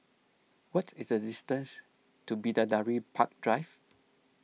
what is the distance to Bidadari Park Drive